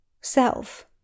self